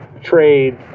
trade